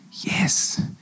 yes